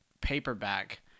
paperback